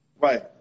Right